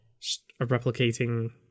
Replicating